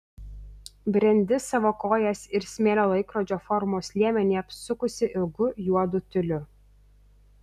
brendi savo kojas ir smėlio laikrodžio formos liemenį apsukusi ilgu juodu tiuliu